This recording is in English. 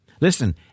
listen